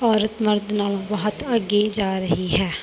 ਔਰਤ ਮਰਦ ਨਾਲੋਂ ਬਹੁਤ ਅੱਗੇ ਜਾ ਰਹੀ ਹੈ